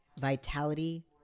vitality